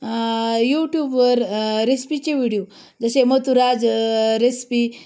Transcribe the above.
यूट्यूबवर रेसिपीचे व्हिडिओ जसे मथुराज रेसिपी